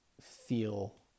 feel